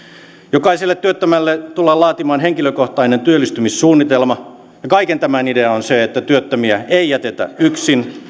jokaiselle työttömälle tullaan laatimaan henkilökohtainen työllistymissuunnitelma kaiken tämän idea on se että työttömiä ei jätetä yksin